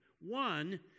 One